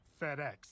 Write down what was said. FedEx